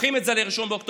דוחים את זה ל-1 באוקטובר.